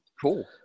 Cool